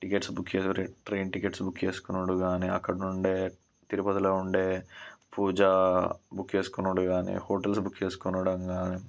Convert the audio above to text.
tickets book train tickets book చేసుకొనుడు కాని అక్కడి నుండే తిరుపతిలో ఉండే పూజ బుక్ చేసుకొనుడు కాని హోటల్స్ బుక్ చేసుకోనడం కాని